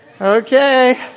Okay